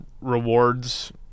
rewards